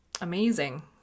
Amazing